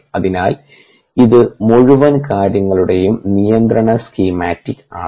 അതിനാൽ ഇത് മുഴുവൻ കാര്യങ്ങളുടെയും നിയന്ത്രണ സ്കീമാറ്റിക് ആണ്